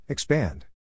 Expand